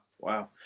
wow